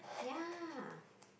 ya